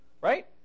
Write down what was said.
right